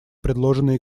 предложенный